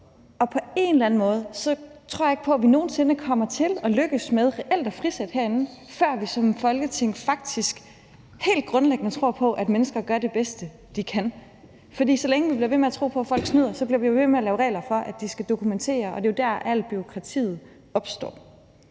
Og på en eller anden måde tror jeg ikke på, at vi som Folketing nogen sinde kommer til at lykkes med reelt at frisætte, før vi faktisk helt grundlæggende tror på, at mennesker gør det bedste, de kan. For så længe vi bliver ved med at tro på, at folk snyder, bliver vi jo ved med at lave regler for, at de skal dokumentere ting, og det er jo der, alt bureaukratiet opstår.